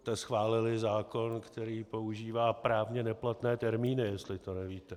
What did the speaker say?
Vy jste schválili zákon, který používá právně neplatné termíny, jestli to nevíte.